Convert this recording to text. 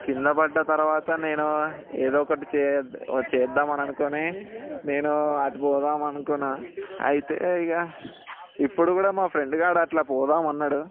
కిందపడ్డ తర్వాత నేను ఏదోఒకటి చే చేద్దామని అనుకునీ నేను అటు పోదాం అనుకున్నా అయితే ఇగ ఇప్పుడు కూడా మా ఫ్రెండ్గాడు అట్లా పోదాం అన్నాడు